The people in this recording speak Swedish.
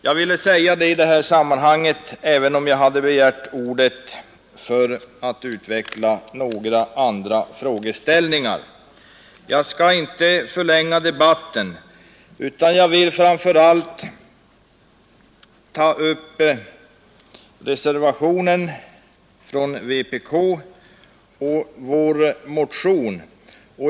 Jag ville säga detta i sammanhanget, även om jag hade begärt ordet för att utveckla några andra frågeställningar. Jag skall inte förlänga debatten utan vill framför allt behandla reservationen från vpk och vår motion.